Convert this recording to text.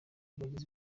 bagizi